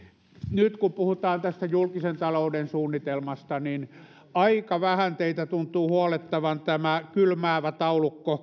nyt kun puhutaan tästä julkisen talouden suunnitelmasta niin aika vähän teitä tuntuu huolettavan tämä kylmäävä taulukko